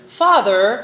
father